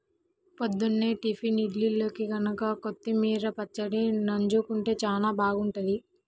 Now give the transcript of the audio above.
పొద్దున్నే టిఫిన్ ఇడ్లీల్లోకి గనక కొత్తిమీర పచ్చడి నన్జుకుంటే చానా బాగుంటది